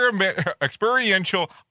experiential